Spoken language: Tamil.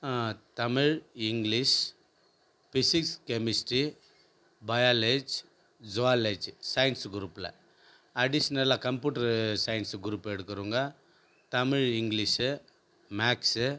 Tamil English physics chemistry biology zoology science குரூப்பில் அடிஷ்னலாக கம்ப்யூட்டர் சயின்ஸ் குரூப் எடுக்கிறவங்க தமிழ் இங்கிலீஷ் மேக்ஸ்